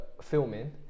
filming